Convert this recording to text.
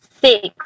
six